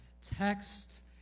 text